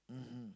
mmhmm